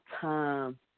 time